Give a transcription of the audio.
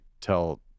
tell